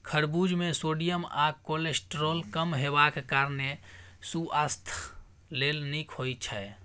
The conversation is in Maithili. खरबुज मे सोडियम आ कोलेस्ट्रॉल कम हेबाक कारणेँ सुआस्थ लेल नीक होइ छै